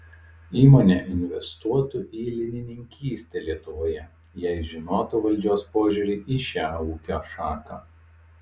įmonė investuotų į linininkystę lietuvoje jei žinotų valdžios požiūrį į šią ūkio šaką